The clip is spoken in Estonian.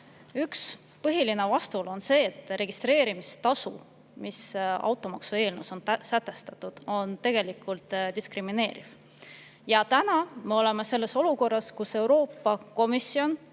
üks põhiline vastuolu on see, et registreerimistasu, mis automaksu eelnõus on sätestatud, on tegelikult diskrimineeriv. Me oleme olukorras, kus Euroopa Komisjon